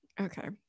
Okay